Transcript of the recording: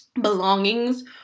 belongings